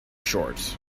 shorts